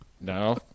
No